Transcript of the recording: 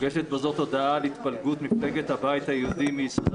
מוגשת בזאת הודעה על התפלגות מפלגת הבית היהודי מיסודה